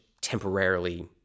temporarily